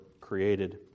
created